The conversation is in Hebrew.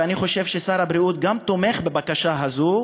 ואני חושב ששר הבריאות גם תומך בבקשה הזו,